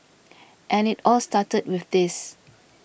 and it all started with this